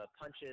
punches